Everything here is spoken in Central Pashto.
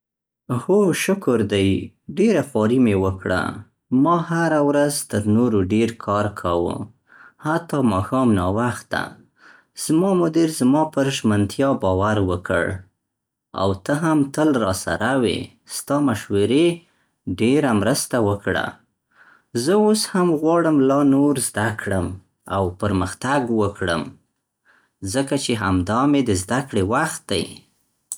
هو، شکر دی، ډېره خواري مې وکړه. ما هره ورځ تر نورو ډېر کار کاوه، حتی ماښام ناوخته. زما مدیر زما پر ژمنتیا باور وکړ. او ته هم تل راسره وې، ستا مشورې ډېره مرسته وکړه. زه اوس هم غواړم لا نور زده کړم او پرمختګ وکړم، ځکه چې همدا مې د زده کړې وخت دی.